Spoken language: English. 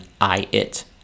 I-it